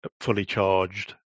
fully-charged